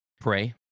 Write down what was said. Pray